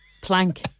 plank